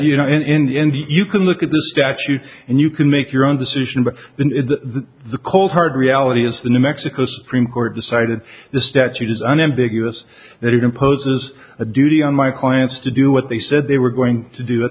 you know in the end you can look at the statute and you can make your own decision but the the cold hard reality is the new mexico supreme court decided the statute is unambiguous that it imposes a duty on my clients to do what they said they were going to do